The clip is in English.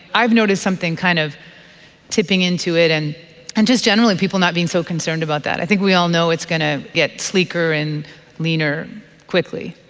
i've noticed something kind of tipping into it, and and just generally people not being so concerned about that. i think we all know it's going to get sleeker and leaner quickly.